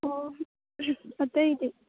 ꯑꯣ ꯑꯇꯩꯗꯤ